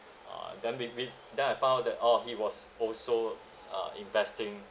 uh then we we then I found that orh he was also uh investing